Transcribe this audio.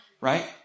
right